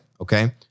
Okay